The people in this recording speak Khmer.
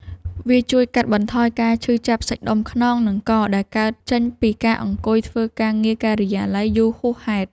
វាជួយកាត់បន្ថយការឈឺចាប់សាច់ដុំខ្នង និងក ដែលកើតចេញពីការអង្គុយធ្វើការងារការិយាល័យយូរហួសហេតុ។